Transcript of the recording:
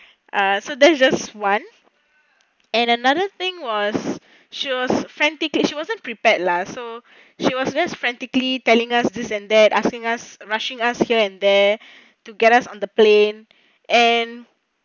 so that's just one and another thing was she was frantica~ she wasn't prepared lah so she was very frantically telling us this and that asking us rushing us here and there to get us on the plane and